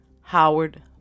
Howard